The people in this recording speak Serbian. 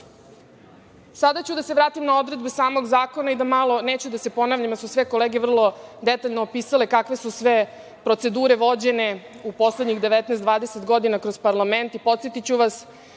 ću da se vratim na odredbe samog zakona i da malo, neću da se ponavljam, jer su sve kolege vrlo detaljno opisale kakve su sve procedure vođene u poslednjih 19, 20 godina kroz parlament, i podsetiću vas